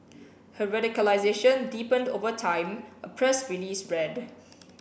her radicalisation deepened over time a press release read